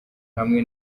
hamwe